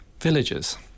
villages